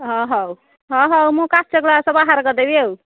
ହଁ ହଉ ହଁ ହଉ ମୁଁ କାଚ ଗ୍ଲାସ୍ ବାହାର କରିଦେବି ଆଉ